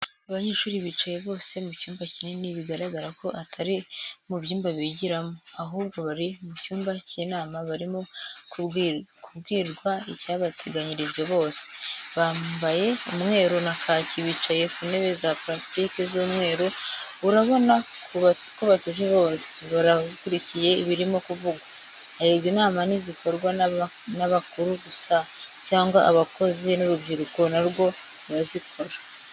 Abanyeshuri bicaye bose mu cyumba kinini bigaragara ko atari mu byumba bigiramo, ahubwo bari mu cyumba cy'inama barimo kubwirwa icyabateganyirijwe bose, bamabaye umweru na kaki bicaye kuntebe za purasitika z'umweru, urabona ku batuje bose barakurikiye ibirimo kuvugwa. Erega inama ntizikorwa n'abakuru gusa cyangwa abakozi n'urubyiruko na rwo rurazikora.